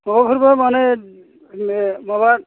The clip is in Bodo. माबाफोरबा माने माने माबा